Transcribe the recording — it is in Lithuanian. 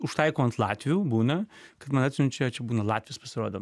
užtaikau ant latvių būna kad na atsiunčia čia būna latvis pasirodo